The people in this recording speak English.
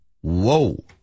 Whoa